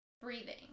breathing